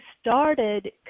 started